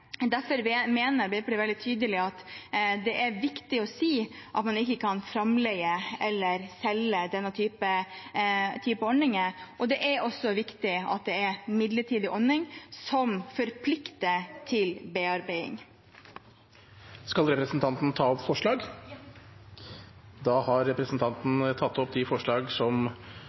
Derfor mener vi, for å være veldig tydelige, at det er viktig å si at man ikke kan framleie eller selge denne typen ordninger. Det er også viktig at det er en midlertidig ordning, som forplikter til bearbeiding. Skal representanten ta opp forslag? Ja, det skal jeg! Da har representanten Cecilie Myrseth tatt opp